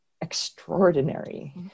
extraordinary